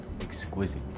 exquisite